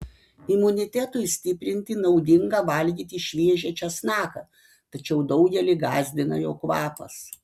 imunitetui stiprinti naudinga valgyti šviežią česnaką tačiau daugelį gąsdina jo kvapas